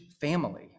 family